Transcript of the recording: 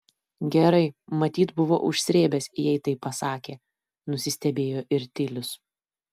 gerai matyt buvo užsrėbęs jei taip pasakė nusistebėjo ir tilius